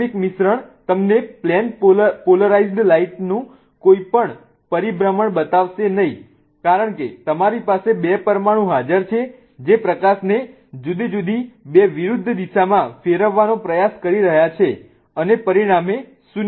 રેસમિક મિશ્રણ તમને plane polarised light નું કોઈ પરિભ્રમણ પણ બતાવશે નહીં કારણ કે તમારી પાસે બે પરમાણુ હાજર છે જે પ્રકાશને જુદી જુદી બે વિરુદ્ધ દિશામાં ફેરવવાનો પ્રયાસ કરી રહ્યા છે અને પરિણામે 0 છે